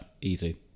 easy